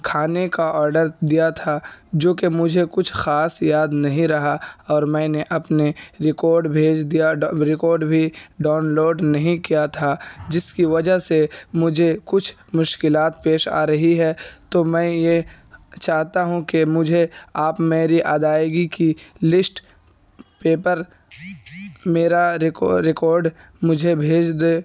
کھانے کا آڈر دیا تھا جو کہ مجھے کچھ خاص یاد نہیں رہا اور میں نے اپنے ریکاڈ بھیج دیا ریکاڈ بھی ڈاؤن لوڈ نہیں کیا تھا جس کی وجہ سے مجھے کچھ مشکلات پیش آ رہی ہے تو میں یہ چاہتا ہوں کہ مجھے آپ میری ادائیگی کی لسٹ پیپر میرا ریکاڈ مجھے بھیج دیں